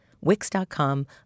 Wix.com